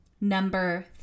number